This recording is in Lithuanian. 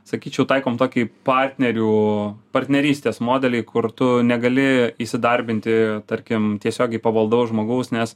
sakyčiau taikom tokį partnerių partnerystės modelį kur tu negali įsidarbinti tarkim tiesiogiai pavaldaus žmogaus nes